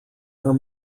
are